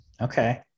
Okay